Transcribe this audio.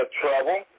trouble